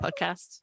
podcast